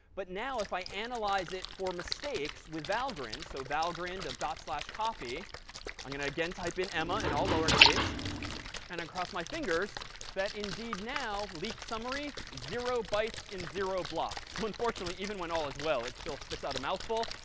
but now if i analyze it for mistakes with valgrind, so valgrind of dot slash copy i'm going to again type in emma in all lowercase and i cross my fingers that indeed now, leaked summary, zero bytes in zero blocks. so unfortunately, even when all is well, it still spits out a mouthful.